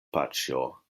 paĉjo